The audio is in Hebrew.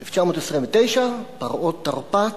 1929, פרעות תרפ"ט,